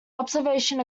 observation